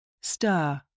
Stir